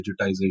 digitization